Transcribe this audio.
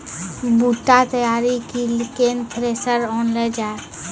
बूटा तैयारी ली केन थ्रेसर आनलऽ जाए?